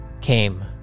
came